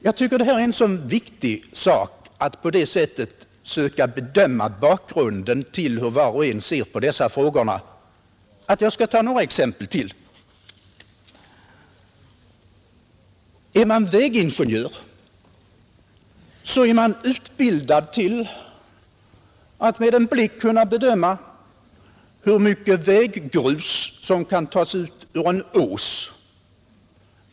Jag tycker att det är så viktigt att på det sättet söka bedöma bakgrunden till hur var och en ser på dessa frågor att jag skall ta några exempel till. Är man vägingenjör, så är man utbildad till att med en blick kunna bedöma hur mycket vägmaterial som kan tas ut ur en grusås.